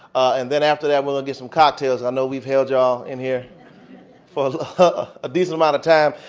and then after that we'll get some cocktails. i know we've held you all in here for a decent amount of time.